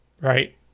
right